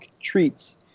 treats